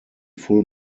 full